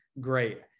great